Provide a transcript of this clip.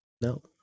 No